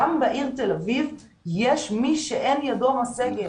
גם בעיר תל אביב יש מי שאין ידו משגת,